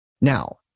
Now